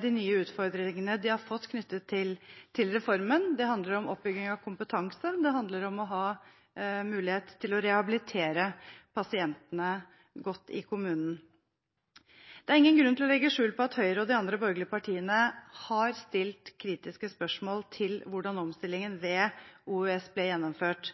de nye utfordringene de har fått knyttet til reformen. Det handler om oppbygging av kompetanse, det handler om å ha mulighet til å rehabilitere pasientene godt i kommunen. Det er ingen grunn til å legge skjul på at Høyre og de andre borgerlige partiene har stilt kritiske spørsmål til hvordan omstillingen ved OUS ble gjennomført.